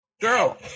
girl